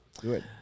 Good